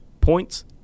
Points